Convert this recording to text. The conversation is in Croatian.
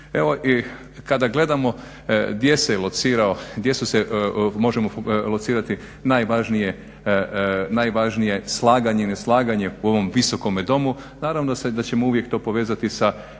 Evo i kada gledamo gdje se locirao, gdje su se, možemo locirati najvažnije slaganje i neslaganje u ovom visokomu Domu, naravno da se, da ćemo uvijek to povezati sa